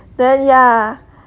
then ya